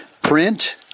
print